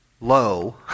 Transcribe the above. low